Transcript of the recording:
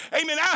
amen